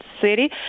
city